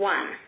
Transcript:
One